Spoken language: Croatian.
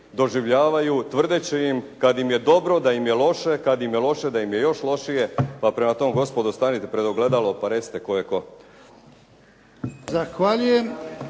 doživljavaju tvrdeći im kad im je dobro, da im je loše, kad im je loše da im je još lošije. Pa prema tome, gospodo stanite pred ogledalo pa recite tko je tko.